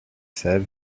said